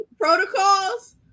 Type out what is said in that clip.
protocols